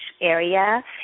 area